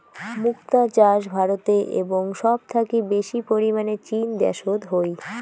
মুক্তা চাষ ভারতে এবং সব থাকি বেশি পরিমানে চীন দ্যাশোত হই